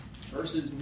Verses